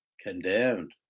condemned